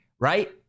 right